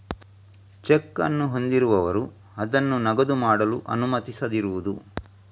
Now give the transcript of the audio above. check ಅನ್ನು ಹೊಂದಿರುವವರು ಅದನ್ನು ನಗದು ಮಾಡಲು ಅನುಮತಿಸದಿರುವುದು